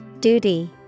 Duty